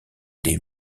des